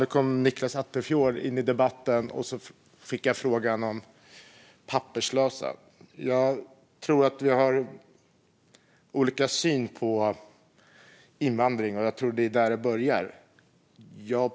Nu kom Nicklas Attefjord in i debatten och ställde en fråga om papperslösa. Jag tror att vi har olika syn på invandring och att det är där det börjar.